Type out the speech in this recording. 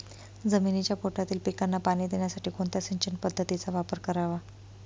जमिनीच्या पोटातील पिकांना पाणी देण्यासाठी कोणत्या सिंचन पद्धतीचा वापर करावा?